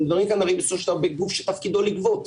אנחנו מדברים כאן הרי בסופו של דבר בגוף שתפקידו לגבות.